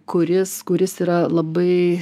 kuris kuris yra labai